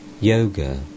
yoga